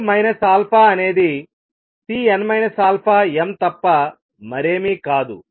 C α అనేది Cn αmతప్ప మరేమీ కాదు